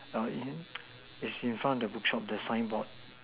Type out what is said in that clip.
all in is in front of the book shop the sign board